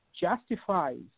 justifies